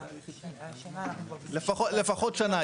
לפחות שנה.